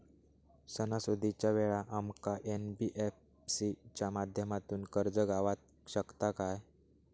सणासुदीच्या वेळा आमका एन.बी.एफ.सी च्या माध्यमातून कर्ज गावात शकता काय?